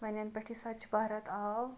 وۄنۍ یَنہٕ پیٚٹھٕ یہِ سوچھ بھارت آو